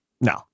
No